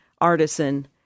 artisan